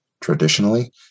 traditionally